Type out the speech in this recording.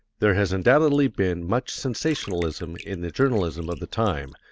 there has undoubtedly been much sensationalism in the journalism of the time,